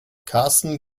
karsten